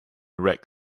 reg